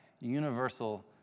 universal